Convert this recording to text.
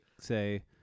say